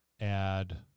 add